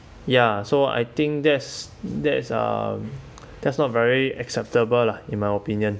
ya so I think that's that's um that's not very acceptable lah in my opinion